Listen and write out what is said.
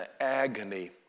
agony